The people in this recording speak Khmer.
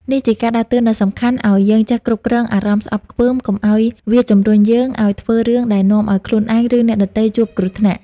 នេះជាការដាស់តឿនដ៏សំខាន់ឲ្យយើងចេះគ្រប់គ្រងអារម្មណ៍ស្អប់ខ្ពើម កុំឲ្យវាជំរុញយើងឲ្យធ្វើរឿងដែលនាំឲ្យខ្លួនឯង ឬអ្នកដទៃជួបគ្រោះថ្នាក់។